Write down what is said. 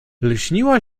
lśniła